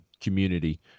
community